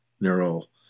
neural